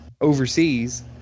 overseas